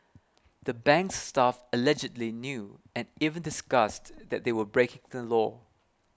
the bank's staff allegedly knew and even discussed that they were breaking the law